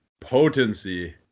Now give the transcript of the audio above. Potency